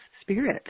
spirit